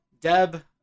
Deb